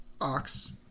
ox